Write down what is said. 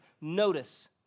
Notice